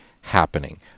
happening